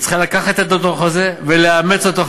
היא צריכה לקחת את הדוח הזה ולאמץ אותו,